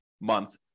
month